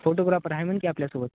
photographer आहे म्हण की आपल्यासोबत